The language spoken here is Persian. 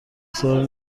سال